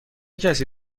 کسی